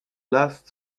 last